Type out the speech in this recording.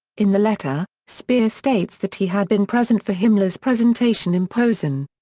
in the letter, speer states that he had been present for himmler's presentation in posen.